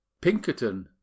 pinkerton